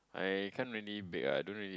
I can't really bake ah I don't really